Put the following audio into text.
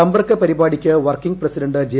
സമ്പർക്ക പരിപാടിയ്ക്ക് working president J